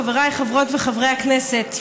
חבריי חברות וחברי הכנסת,